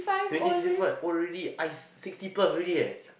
twenty sixty I old already I sixty plus already eh